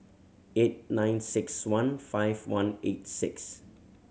eight nine six one five one eight six